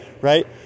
right